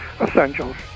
essentials